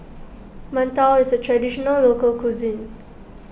Mantou is a Traditional Local Cuisine